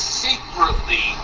secretly